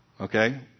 okay